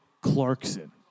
Clarkson